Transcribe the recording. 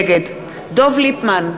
נגד דב ליפמן,